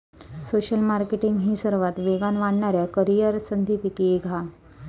social marketing ही सर्वात वेगान वाढणाऱ्या करीअर संधींपैकी एक हा